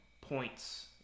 points